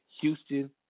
Houston